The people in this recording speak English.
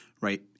right